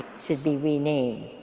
should be renamed.